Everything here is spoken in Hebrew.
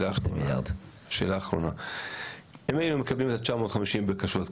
אם היינו מקבלים את ה-950 בקשות,